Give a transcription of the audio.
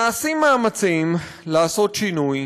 נעשים מאמצים לעשות שינוי,